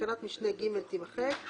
תקנת משנה (ג) תימחק.